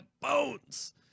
bones